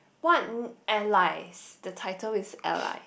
what allies the title is ally